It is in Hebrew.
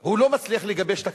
שהוא לא מצליח לגבש תקציב.